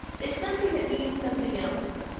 it's something that means something else,